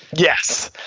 yes.